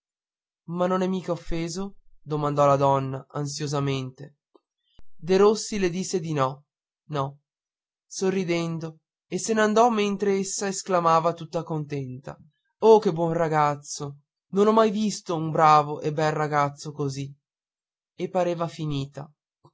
ma non è mica offeso domandò la donna ansiosamente derossi le disse no no sorridendo e se ne andò mentre essa esclamava tutta contenta oh che buon ragazzo non ho mai visto un bravo e bel ragazzo così e pareva finita